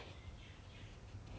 !aiya! 都不知道 leh